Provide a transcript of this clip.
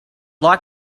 like